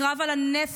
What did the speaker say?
הקרב על הנפש,